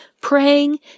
praying